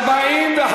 45,